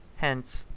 Hence